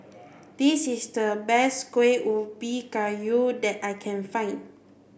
this is the best Kueh Ubi Kayu that I can find